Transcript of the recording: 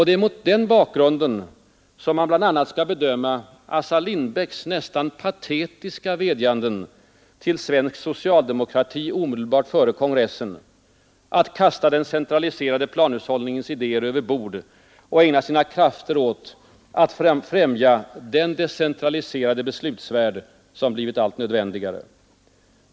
Det är mot den bakgrunden man bl.a. skall bedöma Assar Lindbecks nästan patetiska vädjanden till svensk socialdemokrati omedelbart före kongressen att kasta den centraliserade planhushållningens idéer över bord och ägna sina krafter åt att främja den decentraliserade beslutsvärld som blivit allt nödvändigare.